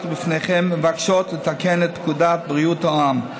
בפניכם מבקשות לתקן את פקודת בריאות העם,